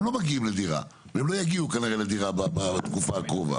לא מגיעים לדירה והם לא יגיעו כנראה לדירה בתקופה הקרובה,